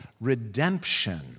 redemption